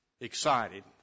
excited